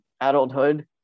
adulthood